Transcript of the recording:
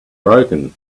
broken